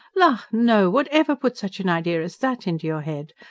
la, no! whatever put such an idea as that into your head?